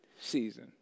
season